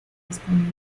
disponible